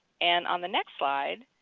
and on the next slide,